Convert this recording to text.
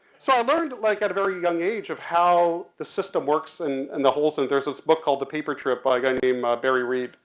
so i learned like at a very young age of how the system works and and the holes in it. there's this book called the paper trip by a guy named barry reed